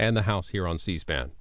and the house here on c span